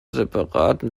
separaten